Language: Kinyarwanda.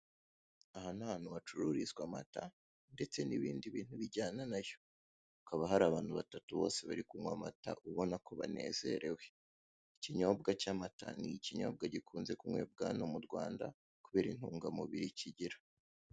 Aha n'ahantu hacururizwa amata ndetse nibindi bintu bijyana nayo, hakaba hari abantu batatu bose bari kunkwa amata ubona ko banezerewe, ikinyobwa cyamata nikinyobwa gikunze kunyobwa no m'urwanda kubera intungamubiri kigira.